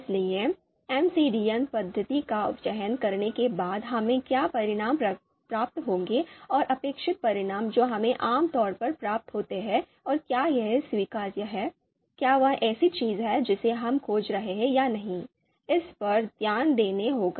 इसलिए एमसीडीए पद्धति का चयन करने के बाद हमें क्या परिणाम प्राप्त होंगे और अपेक्षित परिणाम जो हमें आम तौर पर प्राप्त होते हैं और क्या यह स्वीकार्य है क्या वह ऐसी चीज है जिसे हम खोज रहे हैं या नहीं इस पर ध्यान देना होगा